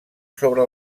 sobre